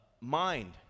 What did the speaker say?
mind